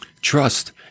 Trust